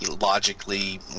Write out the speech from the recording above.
logically